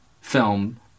film